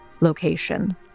location